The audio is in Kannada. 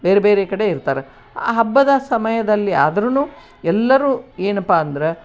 ಬೇರೆ ಬೇರೆ ಕಡೆ ಇರ್ತಾರೆ ಆ ಹಬ್ಬದ ಸಮಯದಲ್ಲಿ ಆದ್ರೂನೂ ಎಲ್ಲರೂ ಏನಪ್ಪಾ ಅಂದ್ರೆ